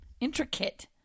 Intricate